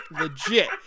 legit